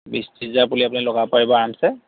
বিশ ত্ৰিছ হাজাৰ পুলি আপুনি লগাব পাৰিব আৰামচে